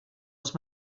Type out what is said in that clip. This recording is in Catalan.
als